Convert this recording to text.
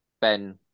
Ben